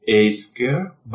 সুতরাং a22